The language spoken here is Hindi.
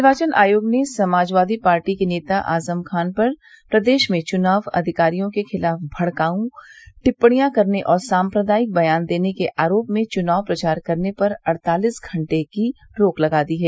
निर्वाचन आयोग ने समाजवादी पार्टी के नेता आजम खान पर प्रदेश में चुनाव अधिकारियों के खिलाफ भड़काऊ टिप्पणियां करने और सांप्रदायिक बयान देने के आरोप में चुनाव प्रचार करने पर अड़तालिस घंटे की रोक लगा दी हैं